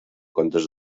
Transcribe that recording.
comptes